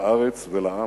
לארץ ולעם.